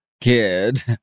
kid